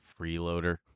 freeloader